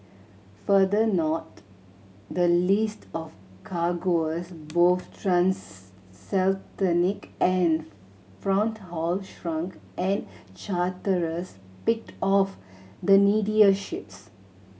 further north the list of cargoes both and front haul shrunk and charterers picked off the needier ships